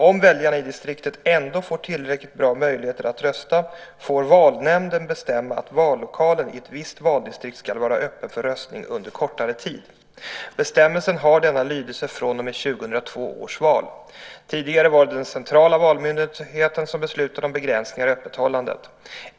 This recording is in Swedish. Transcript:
Om väljarna i distriktet ändå får tillräckligt bra möjligheter att rösta får valnämnden bestämma att vallokalen i ett visst valdistrikt ska vara öppen för röstning under kortare tid. Bestämmelsen har denna lydelse från och med 2002 års val. Tidigare var det den centrala valmyndigheten som beslutade om begränsningar i öppethållandet.